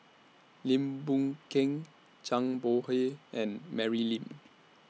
Lim Boon Keng Zhang Bohe and Mary Lim